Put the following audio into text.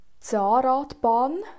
Zahnradbahn